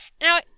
now